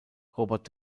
robert